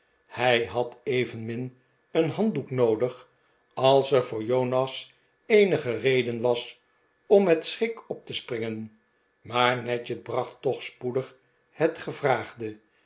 hij had evenmin een handdoek noodig als er voor jonas eenige reden was om met schrik op te springen maar nadgett bracht toch spoedig het gevraagde